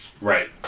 Right